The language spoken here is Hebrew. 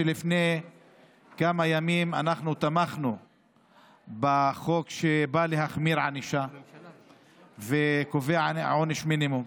לפני כמה ימים אנחנו תמכנו בחוק שבא להחמיר ענישה וקובע עונש מינימום.